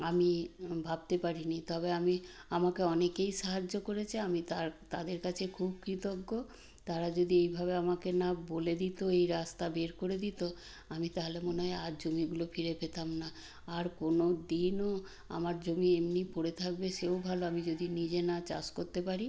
আমি ভাবতে পারি নি তবে আমি আমাকে অনেকেই সাহায্য করেচে আমি তার তাদের কাছে খুব কৃতজ্ঞ তারা যদি এইভাবে আমাকে না বলে দিতো এই রাস্তা বের করে দিতো আমি তাহলে মনে হয় আর জমিগুলো ফিরে পেতাম না আর কোনো দিনও আমার জমি এমনি পড়ে থাকবে সেও ভালো আমি যদি নিজে না চাষ করতে পারি